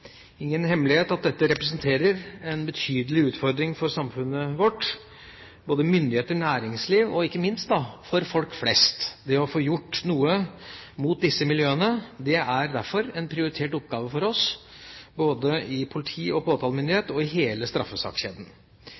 hemmelighet at dette representerer en betydelig utfordring for samfunnet vårt, både for myndigheter og næringsliv og ikke minst for folk flest. Innsats mot disse miljøene er derfor en prioritert oppgave for oss både i politi- og påtalemyndighet og i hele straffesakskjeden.